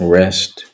rest